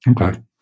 Okay